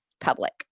public